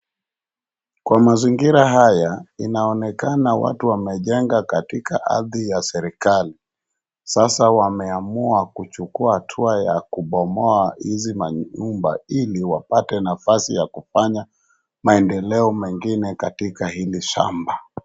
Kwa mazingira haya inaonekana watu wamejenga kataika ardhi ya serikali. Sasa wameamaua kuchukua hatua ya kubomoa hizi manyumba ili wapate nafasi ya kufanya maendeleo mengine katika hili shamba.